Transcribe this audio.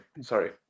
sorry